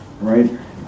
Right